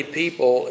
people